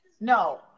No